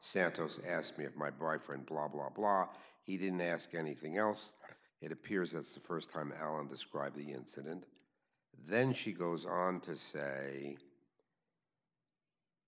santos asked me of my boyfriend blah blah blah he didn't ask anything else it appears as the st time allen described the incident then she goes on to say